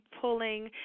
pulling